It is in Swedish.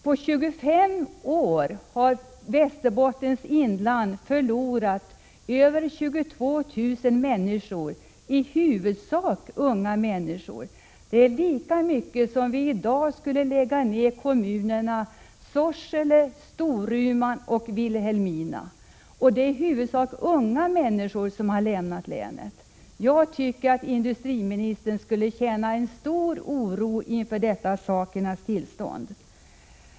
På 25 år har Västerbottens inland förlorat över 22 000, i huvudsak unga, människor. Det är lika mycket som om vi i dag skulle lägga ned kommunerna Sorsele, Storuman och Vilhelmina. Det är som sagt i huvudsak unga människor som har lämnat länet. Jag tycker att industriministern borde känna stor oro inför detta sakernas tillstånd.